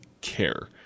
care